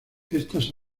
estas